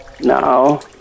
No